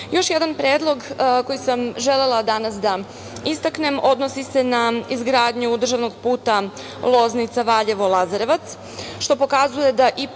jedan predlog koji sam želela danas da istaknem, odnosi se na izgradnju državnog puta Loznica – Valjevo – Lazarevac, što pokazuje da i